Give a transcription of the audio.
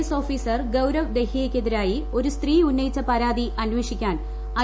S officer Gaurav ദഹിയയ്ക്ക് എതിരായി ഒരു സ്ത്രീ ഉന്നയിച്ച പരാതി അന്വേഷിക്കാൻ ഐ